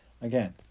again